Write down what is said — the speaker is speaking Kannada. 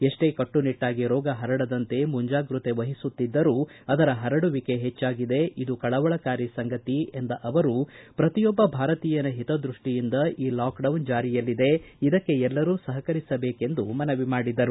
ಎಷ್ಟೇ ಕಟ್ಟುನಿಟ್ಟಾಗಿ ರೋಗ ಹರಡದಂತೆ ಮುಂಜಾಗೃತೆ ವಹಿಸುತ್ತಿದ್ದರೂ ಅದರ ಪರಡುವಿಕೆ ಹೆಚ್ಚಾಗಿದೆ ಇದು ಕಳವಳಕಾರಿ ಸಂಗತಿ ಎಂದ ಅವರು ಪ್ರತಿಯೊಬ್ಬ ಭಾರತೀಯನ ಹಿತದೃಷ್ಟಿಯಿಂದ ಈ ಲಾಕ್ ಡೌನ್ ಜಾರಿಯಲ್ಲಿದೆ ಇದಕ್ಕೆ ಎಲ್ಲರೂ ಸಹಕರಿಸಬೇಕೆಂದು ಮನವಿ ಮಾಡಿದರು